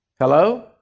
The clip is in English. Hello